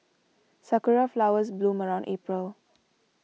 sakura flowers bloom around April